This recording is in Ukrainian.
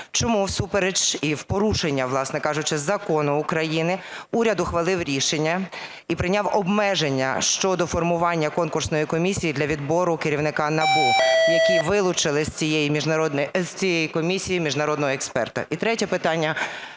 Чому всупереч і в порушення, власне кажучи, Закону України уряд ухвалив рішення і прийняв обмеження щодо формування конкурсної комісії для відбору керівника НАБУ, які вилучили з цієї комісії міжнародного експерта?